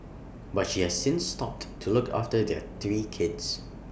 but she has since stopped to look after their three kids